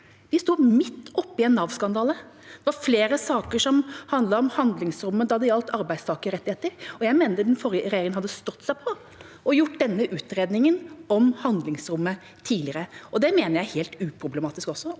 Vi sto midt oppi en Navskandale. Det var flere saker som handlet om handlingsrommet når det gjaldt arbeidstakerrettigheter. Jeg mener den forrige regjeringa hadde stått seg på å gjøre denne utredningen om handlingsrommet tidligere. Jeg mener også at det er helt uproblematisk å